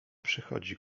przychodzi